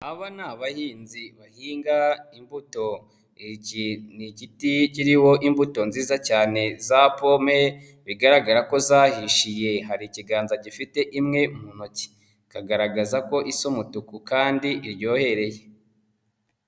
Aba ni abahinzi bahinga imbuto, iki ni igiti kiriho imbuto nziza cyane za pome bigaragara ko zahishiye, hari ikiganza gifite imwe mu ntoki bikagaragaza ko isa umutuku kandi iryohereye.